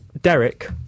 Derek